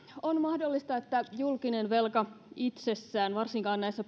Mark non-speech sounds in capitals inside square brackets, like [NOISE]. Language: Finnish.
on mahdollista että julkinen velka itsessään varsinkaan näissä [UNINTELLIGIBLE]